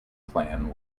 plan